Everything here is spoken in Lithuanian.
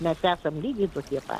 mes esam lygiai tokie pat